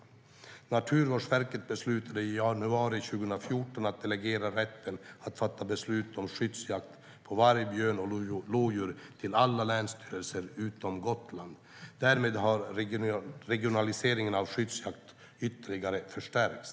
Naturvårdsverket beslutade i januari 2014 att delegera rätten att fatta beslut om skyddsjakt på varg, björn och lodjur till alla länsstyrelser utom på Gotland. Därmed har regionaliseringen av skyddsjakten ytterligare förstärkts.